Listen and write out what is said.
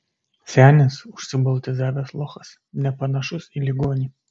senis užsiboltizavęs lochas nepanašus į ligonį